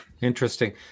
Interesting